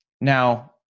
Now